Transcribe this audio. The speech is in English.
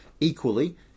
Equally